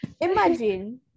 Imagine